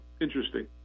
interesting